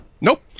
Nope